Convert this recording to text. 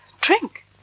Drink